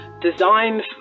designed